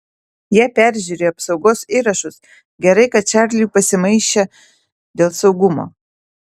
jie peržiūrėjo apsaugos įrašus gerai kad čarliui pasimaišę dėl saugumo